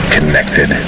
Connected